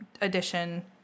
Edition